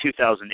2008